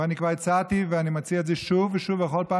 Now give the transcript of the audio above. ואני כבר הצעתי ואני מציע את זה שוב ושוב בכל פעם